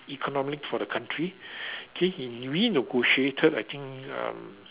economic for the country K he renegotiated I think um